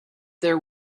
there